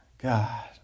God